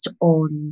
on